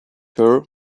her